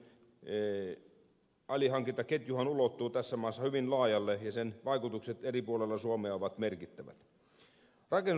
laivanrakennuksen alihankintaketjuhan ulottuu tässä maassa hyvin laajalle ja sen vaikutukset eri puolilla suomea ovat merkittävät